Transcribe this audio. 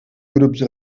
grups